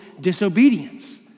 disobedience